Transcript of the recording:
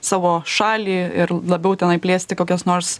savo šalį ir labiau tenai plėsti kokias nors